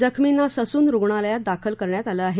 जखमींना ससून रुग्णलयात दाखल करण्यात आलं आहे